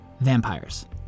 Vampires